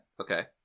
Okay